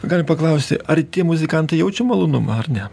galim paklausti ar tie muzikantai jaučia malonumą ar ne